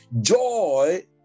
joy